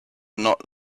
not